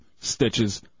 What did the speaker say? stitches